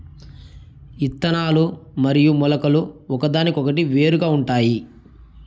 ఇత్తనాలు మరియు మొలకలు ఒకదానికొకటి వేరుగా ఉంటాయి